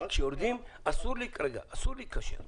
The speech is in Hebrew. אסור להיכשל.